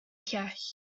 llall